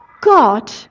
God